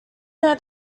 know